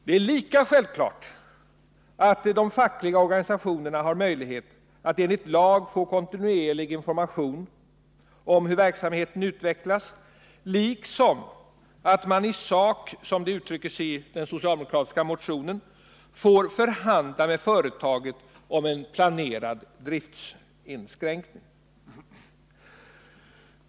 Det är lika självklart att de fackliga organisationerna har möjlighet att enligt lag få kontinuerlig information om hur verksamheten utvecklas, liksom att man i sak — som det uttrycks i den socialdemokratiska motionen — får förhandla med företaget om en planerad driftinskränkning.